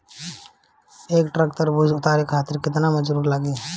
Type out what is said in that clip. एक ट्रक तरबूजा उतारे खातीर कितना मजदुर लागी?